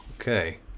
Okay